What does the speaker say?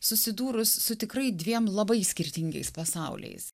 susidūrus su tikrai dviem labai skirtingais pasauliais